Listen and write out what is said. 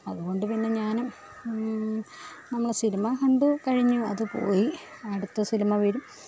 അതുകൊണ്ട് പിന്നെ ഞാനും നമ്മൾ സിനിമ കണ്ട് കഴിഞ്ഞ് അത് പോയി അടുത്ത സിനിമ വരും